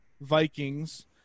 Vikings